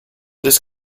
this